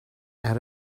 out